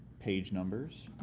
page numbers